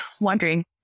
wondering